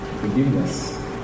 forgiveness